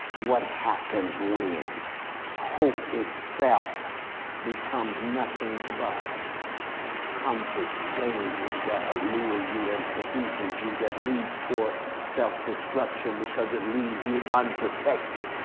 what happens when hope itself becomes nothing but comforts danger that allures you and seduces you. that leads toward self-destruction because it leaves you unprotected.